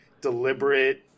deliberate